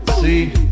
See